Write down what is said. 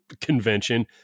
convention